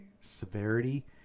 severity